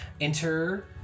enter